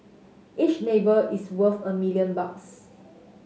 each neighbour is worth a million bucks